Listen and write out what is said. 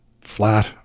flat